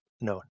no